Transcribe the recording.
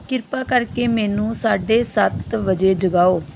ਕਿਰਪਾ ਕਰਕੇ ਮੈਨੂੰ ਸਾਢੇ ਸੱਤ ਵਜੇ ਜਗਾਓ